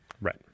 Right